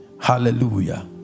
Hallelujah